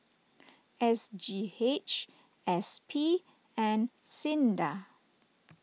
S G H S P and Sinda